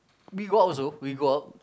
we go out also we go out